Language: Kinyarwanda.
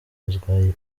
ntivuguruzwa